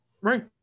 Right